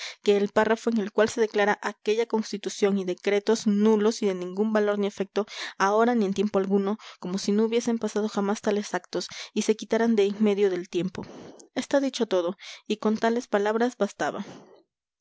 que el párrafo en el cual se declara aquella constitución y decretos nulos y de ningún valor ni efecto ahora ni en tiempo alguno como si no hubiesen pasado jamás tales actos y se quitaran de en medio del tiempo está dicho todo y con tales palabras bastaba